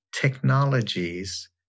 technologies